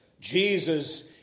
Jesus